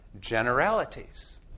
generalities